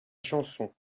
chanson